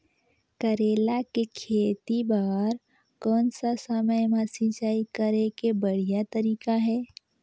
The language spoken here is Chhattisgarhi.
करेला के खेती बार कोन सा समय मां सिंचाई करे के बढ़िया तारीक हे?